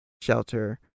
shelter